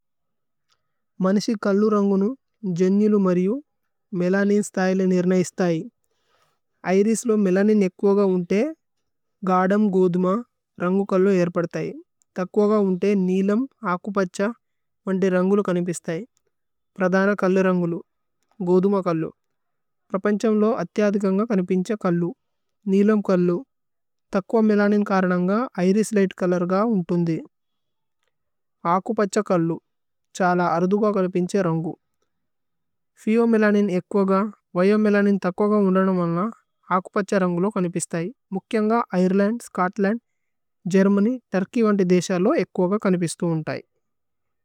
മനിശി കല്ലു രന്ഗുനു ജന്യുലു മരിയു മേലനിന് സ്തയ ലി നിരനൈസ്തയി। ഐരേസ് ലോ മേലനിന് ഏക്വോഗ ഉന്തേ ഗദമ് ഗോദുമ രന്ഗുകല്ലു ഏഇരപദതയി। തക്വോഗ ഉന്തേ നിലമ് അകുപഛ്യ ഉന്തേ രന്ഗുലു കനിപിസ്തയി। പ്രദന കല്ലു രന്ഗുലു, ഗോദുമ കല്ലു। പ്രപന്ഛമ് ലോ അത്തിയദികന്ഗ കനിപിന്ഛേ കല്ലു നിലമ് കല്ലു। തക്വമ് മേലനിന് കരനന്ഗ ഐരേസ് ലിഘ്ത് കല്ലര്ഗ ഉന്തേ। അകുപഛ്യ കല്ലു ഛര്ല അരദുഗ കനിപിന്ഛേ രന്ഗു। ഫിയോമേലനിന് ഏക്വോഗ വയോമേലനിന് തക്വോഗ ഉന്തേ നുമന്ന അകുപഛ്യ രന്ഗുലു കനിപിസ്തയി। മുക്യന്ഗ ഐര്ലന്ദ്, സ്ചോത്ലന്ദ്, ഗേര്മന്യ്, തേര്കിവന്തി ദേശയ ലോ ഏക്വോഗ കനിപിസ്തു ഉന്തേ।